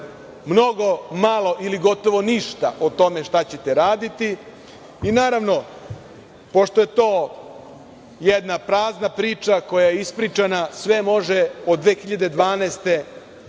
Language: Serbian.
mnogo malo ili gotovo ništa o tome šta ćete raditi. Naravno, pošto je to jedna prazna priča koja je ispričana, sve može od 2012.